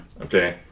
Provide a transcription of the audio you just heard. Okay